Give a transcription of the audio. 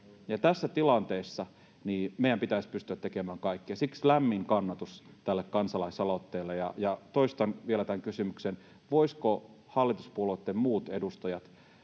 tässä tilanteessa meidän pitäisi pystyä tekemään kaikkea. Siksi lämmin kannatus tälle kansalaisaloitteelle. Toistan vielä tämän kysymyksen: voisiko hallituspuolueitten muut kuin